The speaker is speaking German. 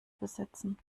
besitzen